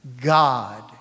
God